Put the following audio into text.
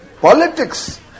politics